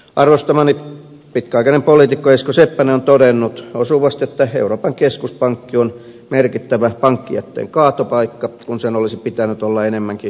arvostamani pitkäaikainen poliitikko esko seppänen on todennut osuvasti että euroopan keskuspankki on merkittävä pankkijätteen kaatopaikka kun sen olisi pitänyt olla enemmänkin kierrätyskeskus